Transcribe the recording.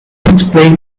explain